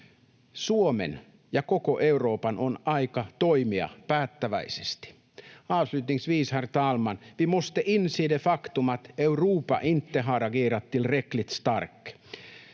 Suomen ja koko Euroopan on aika toimia päättäväisesti. Avslutningsvis, herr talman: Vi måste inse det faktum att Europa inte har agerat tillräckligt starkt.